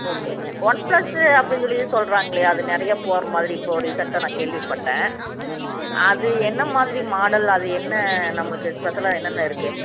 ஓகேங்க one plus அப்படின் சொல்லி சொல்கிறாங்களே அது நிறையா போகிற மாதிரி இப்போது ரீசண்டாக நான் கேள்விப்பட்டேன் அது என்ன மாதிரி மாடல் அது என்ன நம்மளுக்கு ஸ்பெஷலாக என்னென்ன இருக்குது